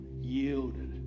Yielded